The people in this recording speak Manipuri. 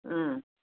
ꯎꯝ